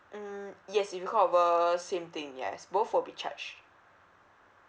mm yes it will count over same thing yes both will be charge